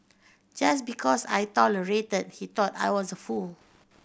just because I tolerated he thought I was a fool